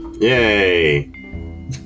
Yay